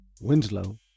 Winslow